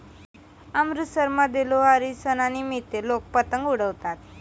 अमृतसरमध्ये लोहरी सणानिमित्त लोक पतंग उडवतात